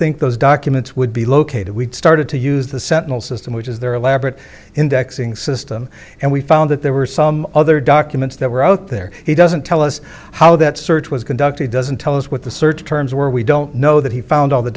think those documents would be located we started to use the sentinel system which is there elaborate indexing system and we found that there were some other documents that were out there he doesn't tell us how that search was conducted doesn't tell us what the search terms were we don't know that he found all the